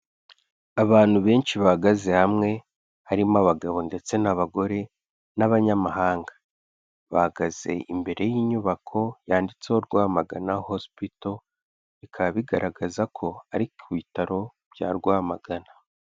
Abantu benshi bahagaze hamwe harimo abagabo ndetse n'abagore n'abanyamahanga, bahagaze imbere y'inyubako yanditseho Rwamagana hospital bikaba bigaragaza ko ari ku bitaro bya Rwamagana.